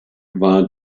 war